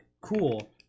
cool